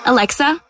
Alexa